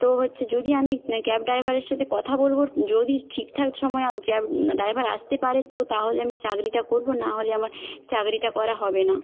তো হচ্ছে যদি আমি ক্যাব ড্রাইভারের সাথে কথা বলব যদি ঠিকঠাক সময় ক্যাব ড্রাইভার আসতে পারে তো তা হলে আমি চাকরিটা করব না হলে আমার চাকরিটা করা হবে না